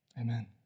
Amen